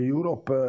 Europe